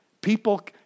People